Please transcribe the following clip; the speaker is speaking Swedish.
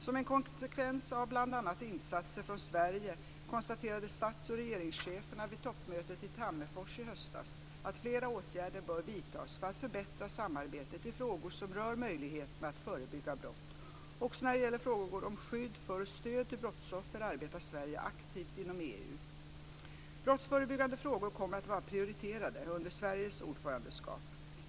Som en konsekvens av bl.a. insatser från Sverige konstaterade stats och regeringscheferna vid toppmötet i Tammerfors i höstas att flera åtgärder bör vidtas för att förbättra samarbetet i frågor som rör möjligheterna att förebygga brott. Också när det gäller frågor om skydd för och stöd till brottsoffer arbetar Sverige aktivt inom EU. Brottsförebyggande frågor kommer att vara prioriterade under Sveriges ordförandeskap.